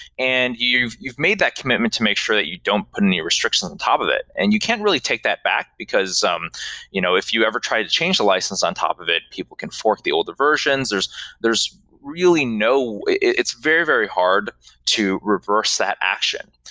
and you've you've made that commitment to make sure that you don't put any restrictions on top of it, and you can't really take that back because um you know if you ever try to change the license on top of it, people can fork the older versions. there's there's really no it's very, very hard to reverse that action.